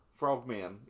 Frogman